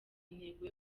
intego